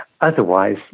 otherwise